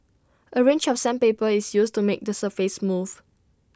A range of sandpaper is used to make the surface smooth